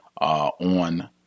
on